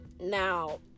Now